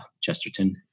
Chesterton